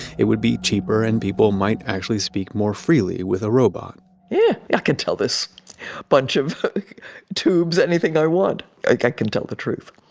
it would be cheaper and people might actually speak more freely with a robot yeah, yeah i can tell this bunch of tubes anything i want, like i can tell the truth.